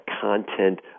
content